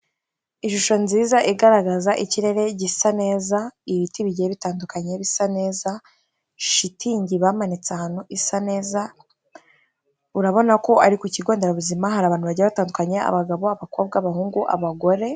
Ishusho nziza igaragaza ikirere gisa neza, ibiti bigiye bitandukanye bisa neza, shitingi bamanitse ahantu isa neza, urabona ko ari ku kigo nderabuzima hari abantu bajya batandukanye abagabo, abakobwa, abahungu, abagore,..